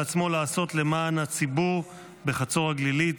עצמו לעשות למען הציבור בחצור הגלילית,